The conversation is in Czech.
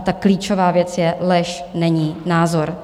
Ta klíčová věc je: lež není názor.